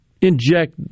inject